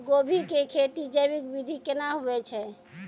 गोभी की खेती जैविक विधि केना हुए छ?